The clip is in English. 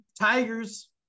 Tigers